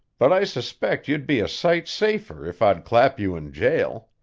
but i suspect you'd be a sight safer if i'd clap you in jail.